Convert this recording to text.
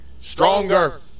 Stronger